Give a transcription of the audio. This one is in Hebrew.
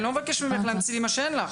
אני לא מבקש ממך להמציא לי מה שאין לך.